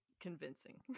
convincing